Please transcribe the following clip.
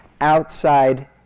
outside